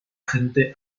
gente